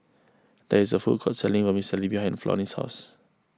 there is a food court selling Vermicelli behind Flonnie's house